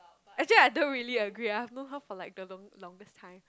actually I don't really agree ah I've known her for like the the longest time